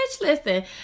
listen